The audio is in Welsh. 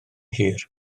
hir